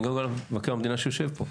ואני אומר גם למבקר המדינה שיושב פה,